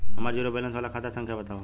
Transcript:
हमार zero balance वाला खाता संख्या वतावा?